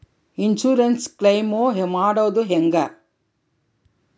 Insurance claim ಮಾಡೋದು ಹೆಂಗ?